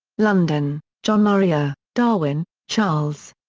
london john murray. ah darwin, charles.